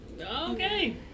Okay